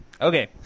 Okay